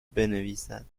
بنویسد